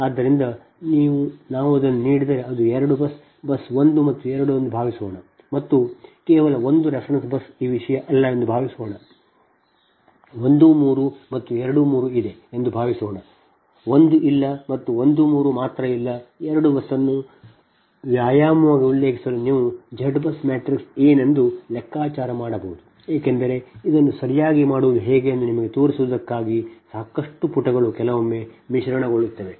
ಆದ್ದರಿಂದ ನಾವು ಅದನ್ನು ನೀಡಿದರೆ ಅದು 2 ಬಸ್ ಬಸ್ 1 ಮತ್ತು 2 ಎಂದು ಭಾವಿಸೋಣ ಮತ್ತು ಕೇವಲ ಒಂದು ರೆಫರೆನ್ಸ್ ಬಸ್ ಈ ವಿಷಯ ಇಲ್ಲ ಎಂದು ಭಾವಿಸೋಣ 1 3 ಮತ್ತು 2 3 ಇದೆ ಎಂದು ಭಾವಿಸೋಣ 1 ಇಲ್ಲ ಮತ್ತು 1 3 ಮಾತ್ರ ಇಲ್ಲ 2 ಬಸ್ ಅನ್ನು ವ್ಯಾಯಾಮವಾಗಿ ಉಲ್ಲೇಖಿಸಲು ನೀವು Z ಬಸ್ ಮ್ಯಾಟ್ರಿಕ್ಸ್ ಏನೆಂದು ಲೆಕ್ಕಾಚಾರ ಮಾಡಬಹುದು ಏಕೆಂದರೆ ಇದನ್ನು ಸರಿಯಾಗಿ ಮಾಡುವುದು ಹೇಗೆ ಎಂದು ನಿಮಗೆ ತೋರಿಸುವುದಕ್ಕಾಗಿ ಸಾಕಷ್ಟು ಪುಟಗಳು ಕೆಲವೊಮ್ಮೆ ಮಿಶ್ರಣಗೊಳ್ಳುತ್ತವೆ